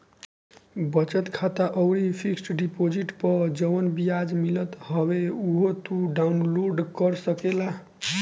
बचत खाता अउरी फिक्स डिपोजिट पअ जवन बियाज मिलत हवे उहो तू डाउन लोड कर सकेला